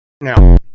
Now